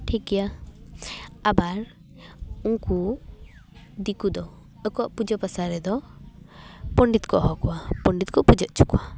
ᱴᱷᱤᱠ ᱜᱮᱭᱟ ᱟᱵᱟᱨ ᱩᱱᱠᱩ ᱫᱤᱠᱩ ᱫᱚ ᱟᱠᱚᱣᱟᱜ ᱯᱩᱡᱟᱹ ᱯᱟᱥᱟ ᱨᱮᱫᱚ ᱯᱚᱱᱰᱤᱛ ᱠᱚ ᱦᱚᱦᱚᱣ ᱠᱚᱣᱟ ᱯᱚᱱᱰᱤᱛ ᱠᱚ ᱯᱩᱡᱟᱹ ᱚᱪᱚ ᱠᱚᱣᱟ